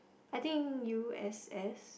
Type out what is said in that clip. I think U_S_S